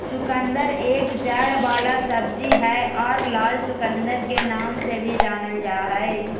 चुकंदर एक जड़ वाला सब्जी हय आर लाल चुकंदर के नाम से भी जानल जा हय